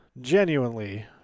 genuinely